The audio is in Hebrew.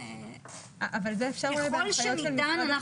זה אפשר אולי לעשות בהנחיות משרד החינוך.